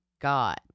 God